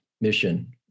Mission